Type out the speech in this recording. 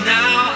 now